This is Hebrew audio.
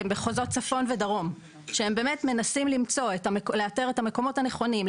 במחוזות צפון ודרום שהם באמת מנסים לאתר את המקומות הנכונים,